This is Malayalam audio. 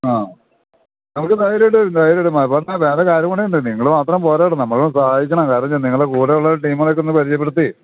ആ നമുക്ക് ധൈര്യമായിട്ടിരിക്കൂ ധൈര്യായി വേറെ കാര്യം കൂടെ ഉണ്ടേ നിങ്ങള് മാത്രം പോരാ കെട്ടോ നമ്മളെ സഹായിക്കണേ വേറെ നിങ്ങളുടെ കൂടെയുള്ള ടീമുകളൊക്കെയൊന്നു പരിചയപ്പെടുത്തി